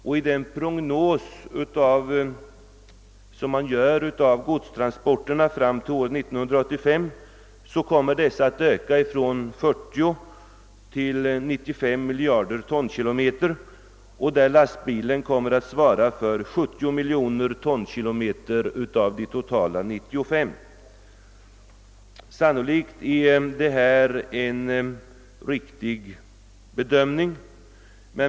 Enligt en prognos över - godstransporternas utveckling kommer dessa att fram till 1985 öka från 40 till 95 miljarder tonkilometer, varav lastbilarna kommer att svara för 70 miljarder tonkilometer. Sannolikt är det en riktig bedömning.